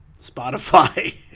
Spotify